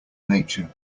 nature